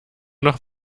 noch